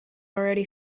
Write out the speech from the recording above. already